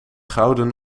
gouden